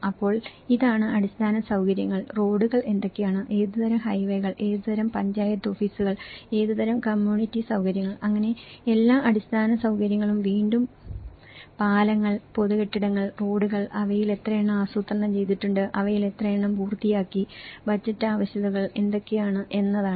അപ്പോൾ ഇതാണ് അടിസ്ഥാന സൌകര്യങ്ങൾ റോഡുകൾ എന്തൊക്കെയാണ് ഏതുതരം ഹൈവേകൾ ഏതുതരം പഞ്ചായത്ത് ഓഫീസുകൾ ഏതുതരം കമ്മ്യൂണിറ്റി സൌകര്യങ്ങൾ അങ്ങനെ എല്ലാ അടിസ്ഥാന സൌകര്യങ്ങളും വീണ്ടും പാലങ്ങൾ പൊതു കെട്ടിടങ്ങൾ റോഡുകൾ അവയിൽ എത്രയെണ്ണം ആസൂത്രണം ചെയ്തിട്ടുണ്ട് അവയിൽ എത്ര എണ്ണം പൂർത്തിയായി ബജറ്റ് ആവശ്യകതകൾ എന്തൊക്കെയാണ് എന്നതാണ്